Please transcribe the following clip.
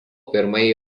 pirmąjį